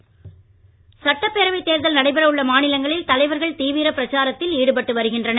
தேர்தல் பரப்புரை சட்டப்பேரவை தேர்தல் நடைபெற உள்ள மாநிலங்களில் தலைவர்கள் தீவிர பிரச்சாரத்தில் ஈடுபட்டு வருகின்றனர்